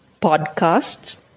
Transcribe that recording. podcasts